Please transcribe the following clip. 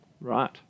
right